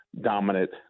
dominant